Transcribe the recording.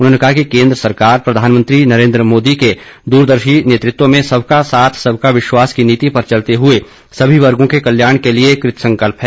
उन्होंने कहा कि केंद्र सरकार प्रधानमंत्री नरेंद्र मोदी के दूरदर्शी नेतृत्व में सबका साथ सबका विश्वास की नीति पर चलते हुए सभी वर्गों के कल्याण के लिए कृतसंकल्प है